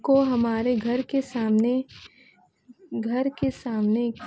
کو ہمارے گھر کے سامنے گھر کے سامنے